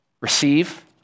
receive